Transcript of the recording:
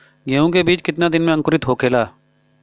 गेहूँ के बिज कितना दिन में अंकुरित होखेला?